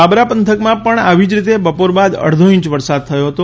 બાબરા પંથકમા પણ આવી જ રીતે બપોરબાદ અડધો ઇંચ વરસાદ થયો હતો